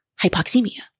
hypoxemia